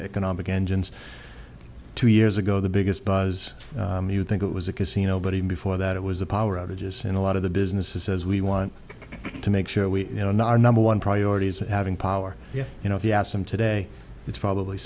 economic engines two years ago the biggest buzz you think it was a casino but even before that it was the power outages in a lot of the businesses as we want to make sure we you know number one priority is having power yeah you know if you ask them today it's probably